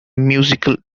musical